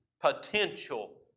potential